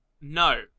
no